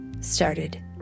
started